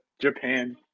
Japan